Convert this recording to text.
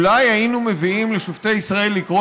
אולי היינו מביאים לשופטי ישראל לקרוא